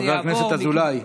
חבר הכנסת אזולאי.